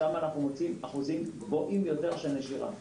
שם אנחנו מוצאים אחוזים גבוהים יותר של נשירה.